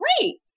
great